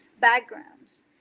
backgrounds